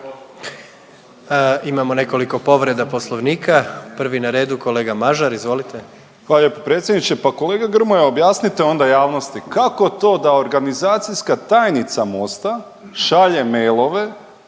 Imamo nekoliko povreda poslovnika, prvi na redu kolega Mažar, izvolite. **Mažar, Nikola (HDZ)** Hvala lijepo predsjedniče. Pa kolega Grmoja objasnite onda javnosti kako to da organizacijska tajnica Mosta šalje mailove